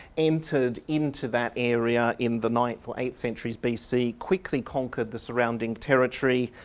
entered into that area in the ninth or eighth centuries bc, quickly conquered the surrounding territory,